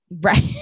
right